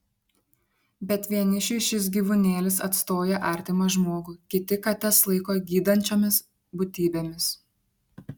bet vienišiui šis gyvūnėlis atstoja artimą žmogų kiti kates laiko gydančiomis būtybėmis